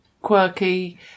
quirky